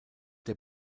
der